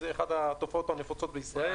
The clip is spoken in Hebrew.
זו אחת התופעות הנפוצות בישראל.